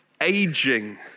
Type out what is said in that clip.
aging